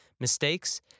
mistakes